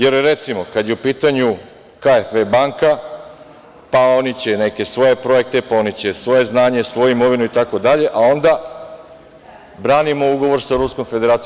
Jer, recimo, kada je u pitanju KfW banka, pa oni će neke svoje projekte, pa oni će svoje znanje, svoju imovinu, itd, a onda branimo ugovor sa Ruskom Federacijom.